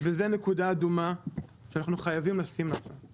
וזו נקודה אדומה שאנחנו חייבים לשים לב אליה.